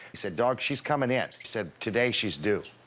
he said, dog, she's coming in. he said today, she's due.